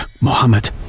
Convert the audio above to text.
Mohammed